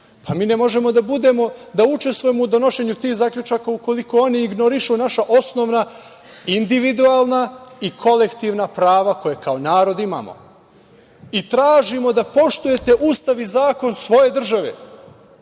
Mi ne možemo da učestvujemo u donošenju tih zaključaka ukoliko oni ignorišu naša osnovna individualna i kolektivna prava koja kao narod imamo. Tražimo da poštujete Ustav i zakon svoje države,